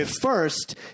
first